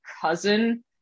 cousin